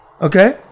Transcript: Okay